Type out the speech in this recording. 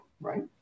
Right